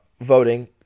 voting